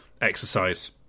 exercise